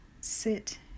sit